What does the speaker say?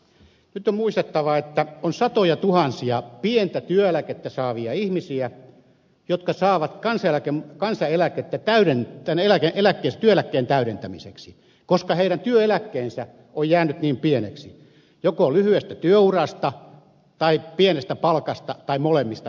nyt on muistettava että on satojatuhansia pientä työeläkettä saavia ihmisiä jotka saavat kanseläke kansa eläke täyden tuen eläke kansaneläkettä työeläkkeen täydentämiseksi koska heidän työeläkkeensä on jäänyt niin pieneksi joko lyhyestä työurasta tai pienestä palkasta tai molemmista näistä johtuen